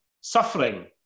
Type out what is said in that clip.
suffering